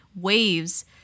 Waves